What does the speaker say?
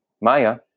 maya